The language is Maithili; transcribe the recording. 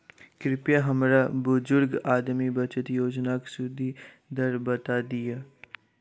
कृपया हमरा बुजुर्ग आदमी बचत योजनाक सुदि दर बता दियऽ